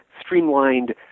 streamlined